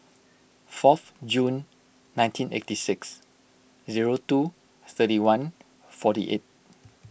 fourth June nineteen eighty six zero two thirty one forty eight